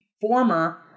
former